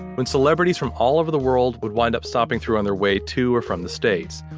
when celebrities from all over the world would wind up stopping through on their way to or from the states.